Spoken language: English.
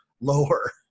lower